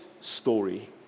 story